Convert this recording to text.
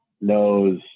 knows